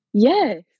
Yes